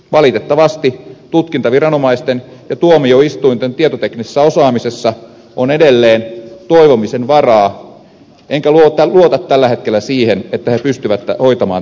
valitettavasti tutkintaviranomaisten ja tuomioistuinten tietoteknisessä osaamisessa on edelleen toivomisen varaa enkä luota tällä hetkellä siihen että he pystyvät hoitamaan tämän tehtävän